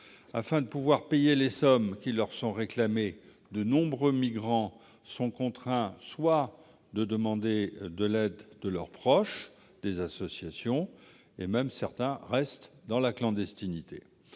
Afin de pouvoir payer les sommes qui leur sont réclamées, de nombreux migrants sont contraints de demander de l'aide à leurs proches ou à des associations ; certains préfèrent même rester dans la clandestinité.